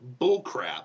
bullcrap